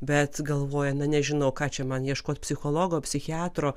bet galvoja na nežinau ką čia man ieškot psichologo psichiatro